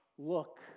Look